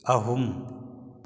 ꯑꯍꯨꯝ